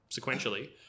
sequentially